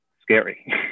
scary